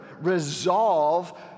resolve